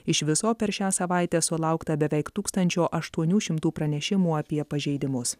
iš viso per šią savaitę sulaukta beveik tūkstančio aštuonių šimtų pranešimų apie pažeidimus